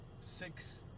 six